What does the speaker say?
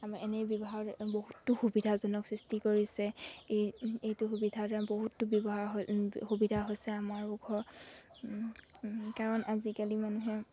আমাৰ এনেই ব্যৱহাৰ বহুতো সুবিধাজনক সৃষ্টি কৰিছে এই এইটো সুবিধাৰ দ্বাৰা বহুতো ব্যৱহাৰৰ সুবিধা হৈছে আমাৰ ও ঘৰ কাৰণ আজিকালি মানুহে